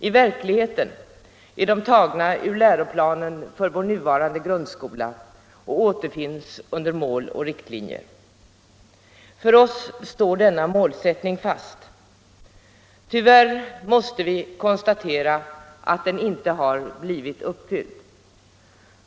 I verkligheten är de tagna ur läroplanen för vår nuvarande grundskola och återfinns under Mål och riktlinjer. För oss står denna målsättning fast. Tyvärr måste vi konstatera att den inte har blivit uppfylld.